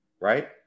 right